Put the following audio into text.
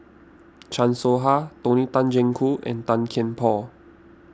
Chan Soh Ha Tony Tan Keng Joo and Tan Kian Por